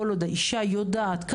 כל עוד האישה יודעת,